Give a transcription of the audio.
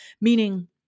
meaning